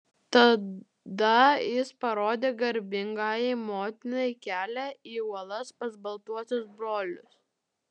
tada jis parodė garbingajai motinai kelią į uolas pas baltuosius brolius